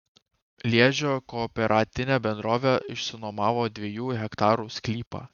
liežio kooperatinė bendrovė išsinuomojo dviejų hektarų sklypą